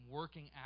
working